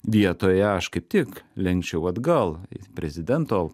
vietoje aš kaip tik lenkčiau atgal į prezidento